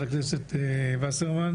רבה,